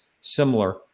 similar